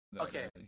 Okay